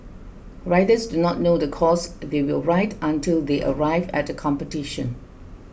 riders do not know the course they will ride until they arrive at the competition